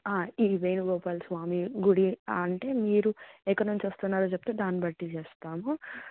ఇది వేణుగోపాలస్వామి గుడి అంటే మీరు ఎక్కడ నుంచి వస్తున్నారు చెప్తే దాన్ని బట్టి చేస్తాము